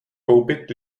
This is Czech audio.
koupit